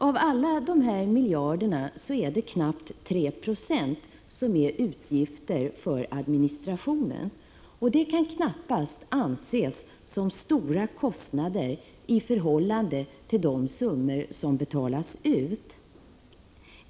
Av alla dessa miljarder är det knappt 3 96 som är utgifter för administrationen. Det kan knappast anses som stora kostnader i förhållande till de summor som betalas ut.